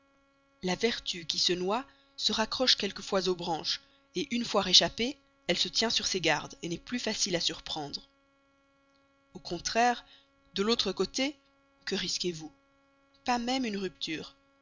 la vertu qui se noie se raccroche quelquefois aux branches une fois réchappée elle se tient sur ses gardes n'est plus facile à surprendre au contraire de l'autre côté que risquez vous pas même une rupture